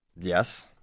Yes